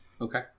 Okay